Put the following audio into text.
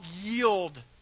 yield